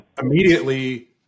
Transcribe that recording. Immediately